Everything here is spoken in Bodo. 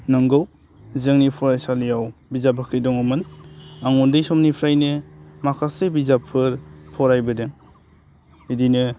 नोंगौ जोंनि फरायसालियाव बिजाब बाख्रि दङमोन आं उन्दै समनिफ्रायनो माखासे बिजाबफोर फरायबोदों बिदिनो